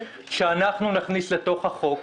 שאנחנו נכניס לתוך החוק,